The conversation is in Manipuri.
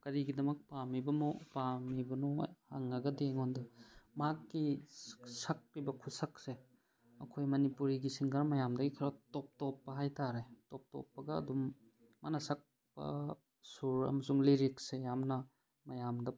ꯀꯔꯤꯒꯤꯗꯃꯛ ꯄꯥꯝꯃꯤꯕꯅꯣ ꯍꯪꯉꯒꯗꯤ ꯑꯩꯉꯣꯟꯗ ꯃꯍꯥꯛꯇꯤ ꯁꯛꯏꯕ ꯈꯨꯁꯛꯁꯦ ꯑꯩꯈꯣꯏ ꯃꯅꯤꯄꯨꯔꯤꯒꯤ ꯁꯤꯡꯒꯔ ꯃꯌꯥꯝꯗꯒꯤ ꯈꯔ ꯇꯣꯞ ꯇꯣꯞꯄ ꯍꯥꯏꯇꯔꯦ ꯇꯣꯞ ꯇꯣꯞꯄꯒ ꯑꯗꯨꯝ ꯃꯥꯅ ꯁꯛꯄ ꯁꯨꯔ ꯑꯃꯁꯨꯡ ꯂꯤꯔꯤꯛꯁꯦ ꯌꯥꯝꯅ ꯃꯌꯥꯝꯗ